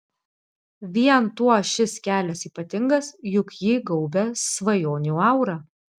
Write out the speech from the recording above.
vien tuo šis kelias ypatingas juk jį gaubia svajonių aura